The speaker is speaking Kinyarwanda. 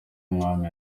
umwami